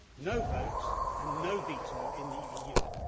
no vote, and no veto in the eu.